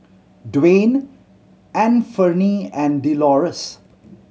Dwain Anfernee and Delores